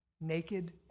Naked